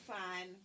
fun